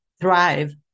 thrive